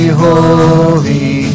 holy